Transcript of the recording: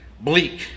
Bleak